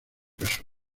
casó